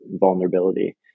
vulnerability